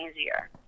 easier